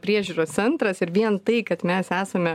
priežiūros centras ir vien tai kad mes esame